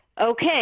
okay